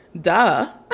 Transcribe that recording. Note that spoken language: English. duh